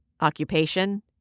Occupation